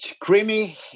creamy